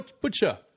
Butcher